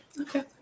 okay